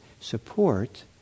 support